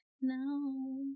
no